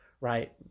right